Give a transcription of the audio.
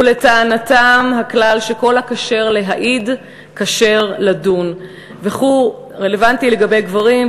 ולטענתם הכלל ש"כל הכשר להעיד כשר לדון" וכו' רלוונטי לגברים,